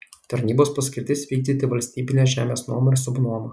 tarnybos paskirtis vykdyti valstybinės žemės nuomą ir subnuomą